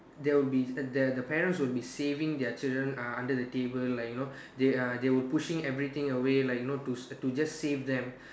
there will be the the parents will be saving their children uh under the table like you know they uh they will pushing everything away like you know to to just save them